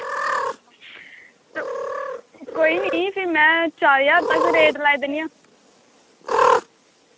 कोई निं फ्ही में चार ज्हार दा रेट लाई लैनी आं